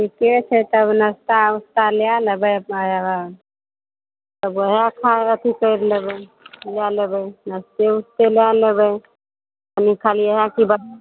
ठीके छै तब नाश्ता उश्ता लै आनबै अपना ओएह खाए अथी कैरि लेबै लै लेबै नाश्ते उश्ते लै लेबै कनि खाली हइ कि